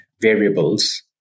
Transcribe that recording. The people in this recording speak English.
variables